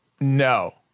No